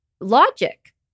logic